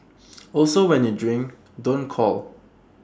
also when you drink don't call